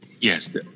Yes